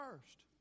first